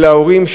של ההורים,